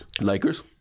Lakers